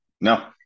No